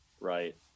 right